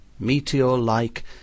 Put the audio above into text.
Meteor-like